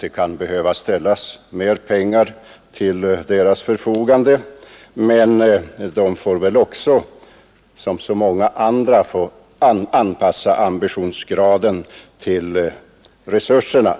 det kan behöva ställas mer pengar till deras förfogande. Men de får väl som så många andra anpassa ambitionsgraden till resurserna.